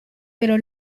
pero